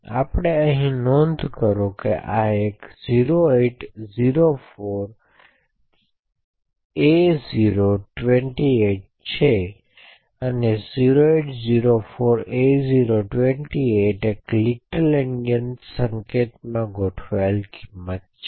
અહી આપણે નોંધ કરો કે તે જે આ એક 0804a028 છે 0804a028 એક લિટલ એન્ડીયન સંકેત માં ગોઠવાયેલ કિંમત છે